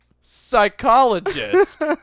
psychologist